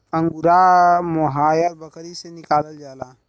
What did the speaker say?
angora mohair बकरी से निकालल जाला